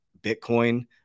Bitcoin